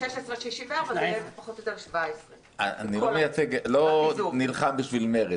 אני לא נלחם בשביל מרצ